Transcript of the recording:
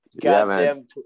goddamn